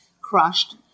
crushed